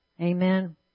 Amen